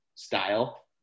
style